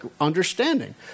understanding